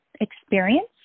experience